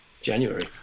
January